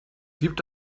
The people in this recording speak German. gibt